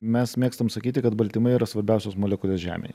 mes mėgstam sakyti kad baltymai yra svarbiausios molekulės žemėj